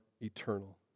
eternal